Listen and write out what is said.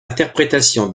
l’interprétation